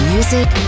Music